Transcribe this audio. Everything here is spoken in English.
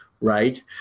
right